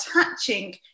attaching